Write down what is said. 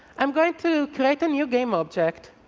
i'm going to collect a new game object.